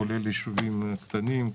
כולל יישובים קטנים,